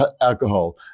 alcohol